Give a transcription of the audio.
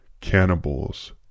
cannibals